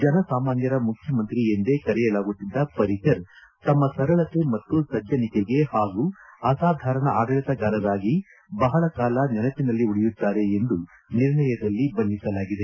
ಜನಸಾಮಾನ್ಕರ ಮುಖ್ಯಮಂತ್ರಿ ಎಂದೇ ಕರೆಯಲಾಗುತ್ತಿದ್ದ ಪರಿಕರ್ ತಮ್ಮ ಸರಳತೆ ಮತ್ತು ಸಜ್ಜನಿಕೆಗೆ ಹಾಗೂ ಅಸಾಧಾರಣ ಆಡಳಿತಗಾರರಾಗಿ ಬಹಳ ಕಾಲ ನೆನಪಿನಲ್ಲಿ ಉಳಿಯುತ್ತಾರೆ ಎಂದು ನಿರ್ಣಯದಲ್ಲಿ ಬಣ್ಣಿಸಲಾಗಿದೆ